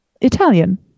Italian